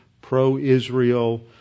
pro-Israel